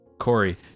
Corey